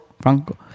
Franco